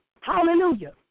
Hallelujah